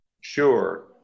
Sure